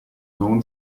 known